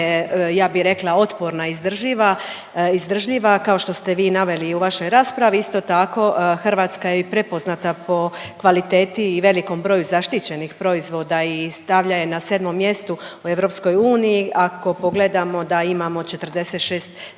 ja bi rekla otporna, izdrživa, izdržljiva kao što ste vi i naveli u vašoj raspravi isto tako Hrvatska je i prepoznata po kvaliteti i velikom broju zaštićenih proizvoda i stavlja je na sedmom mjestu u EU, ako pogledamo da imamo 46